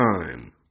time